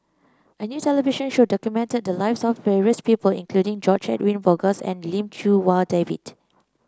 a new television show documented the lives of various people including George Edwin Bogaars and Lim Chee Wai David